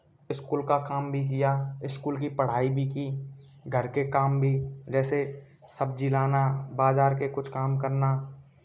school का काम भी किया इस्कूल की पढ़ाई भी की घर के काम भी जैसे सब्जी लाना बाज़ार के कुछ काम करना